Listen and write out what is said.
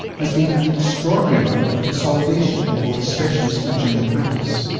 has been an extraordinary round of consolidation in both specialist and general practice.